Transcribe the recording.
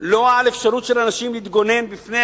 לא תהיה לאנשים אפשרות להתגונן מפני